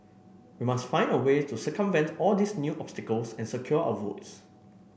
we must find a way to circumvent all these new obstacles and secure our votes